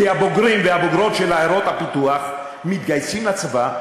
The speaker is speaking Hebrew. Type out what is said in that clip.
כי הבוגרים והבוגרות של עיירות הפיתוח מתגייסים לצבא.